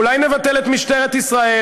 אולי נבטל את משטרת ישראל?